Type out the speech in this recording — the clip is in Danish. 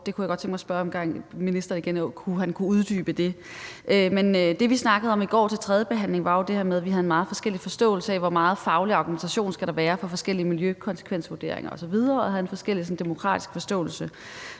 det kunne jeg igen godt tænke mig at spørge ministeren om han kunne uddybe. Det, vi snakkede om i går til tredjebehandlingen, var jo det her med, at vi havde meget forskellige forståelser af, hvor meget faglig argumentation der skal være for forskellige miljøkonsekvensvurderinger osv., og havde forskellige demokratiske forståelser.